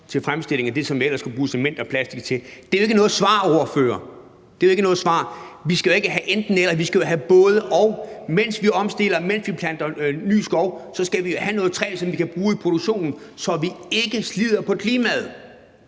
til fremstilling af det, som vi ellers skulle bruge cement og plastik til. Det er jo ikke noget svar, vil jeg sige til ordføreren. Vi skal ikke have et enten-eller, vi skal have et både-og. Mens vi omstiller, mens vi planter ny skov, skal vi jo have noget træ, som vi kan bruge i produktionen, så vi ikke slider på klimaet.